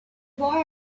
boy